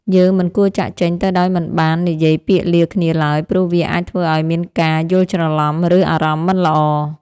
យើងមិនគួរចាកចេញទៅដោយមិនបាននិយាយពាក្យលាគ្នាឡើយព្រោះវាអាចធ្វើឱ្យមានការយល់ច្រឡំឬអារម្មណ៍មិនល្អ។